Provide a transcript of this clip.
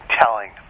telling